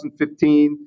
2015